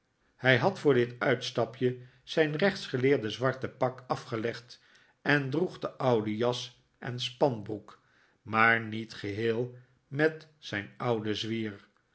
hij had voor dit uitstapje zijn rechtsgeleerde zwarte pak afgelegd en droeg de oude jas en spanbroek maar niet geheel met zijn ouden zwier